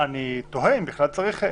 אני תוהה אם בכלל צריך.